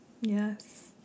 yes